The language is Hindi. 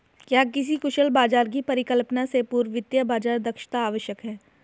क्या किसी कुशल बाजार की परिकल्पना से पूर्व वित्तीय बाजार दक्षता आवश्यक है?